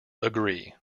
agreed